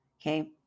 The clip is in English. Okay